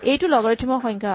এইটো লগাৰিথম ৰ সংজ্ঞা